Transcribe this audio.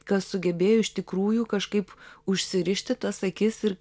kas sugebėjo iš tikrųjų kažkaip užsirišti tas akis ir